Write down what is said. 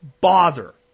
bother